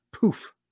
poof